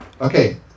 Okay